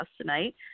tonight